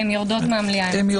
הן יורדות מהמליאה.